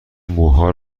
موها